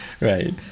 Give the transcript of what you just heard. Right